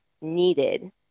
needed